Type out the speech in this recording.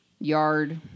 yard